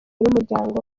n’umuryango